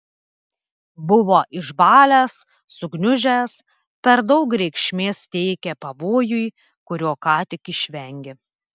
buvo išbalęs sugniužęs per daug reikšmės teikė pavojui kurio ką tik išvengė